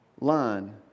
line